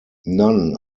none